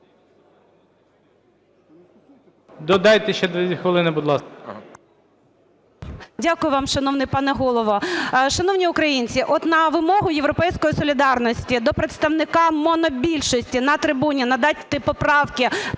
Добавте 4 хвилини, будь ласка.